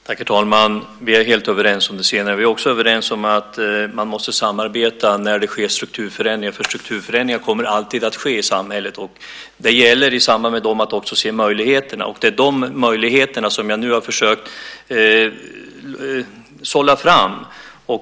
Herr talman! Vi är helt överens om det senare. Vi är också överens om att man måste samarbeta när det sker strukturförändringar, för strukturförändringar kommer alltid att ske i samhället. Det gäller att i samband med dem också se möjligheterna. Det är de möjligheterna som jag nu har försökt sålla fram.